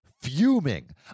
fuming